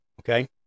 Okay